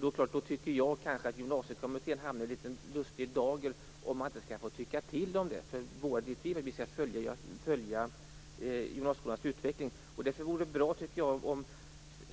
Jag tycker då att gymnasiekommittén hamnar i en litet lustig dager om kommittén inte skall få tycka till om detta. Våra direktiv är att vi skall följa gymnasieskolans utveckling. Det vore därför bra om